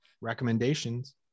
Recommendations